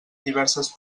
diverses